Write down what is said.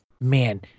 man